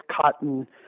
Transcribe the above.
cotton